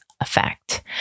effect